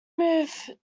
moved